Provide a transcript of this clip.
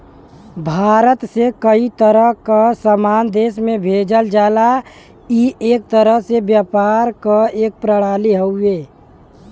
भारत से कई तरह क सामान देश में भेजल जाला ई एक तरह से व्यापार क एक प्रणाली हउवे